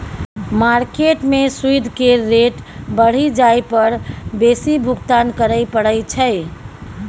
market में सूइद केर रेट बढ़ि जाइ पर बेसी भुगतान करइ पड़इ छै